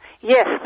Yes